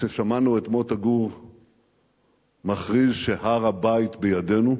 כששמענו את מוטה גור מכריז שהר-הבית בידינו.